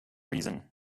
reason